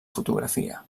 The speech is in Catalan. fotografia